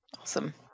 Awesome